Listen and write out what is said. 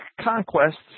conquests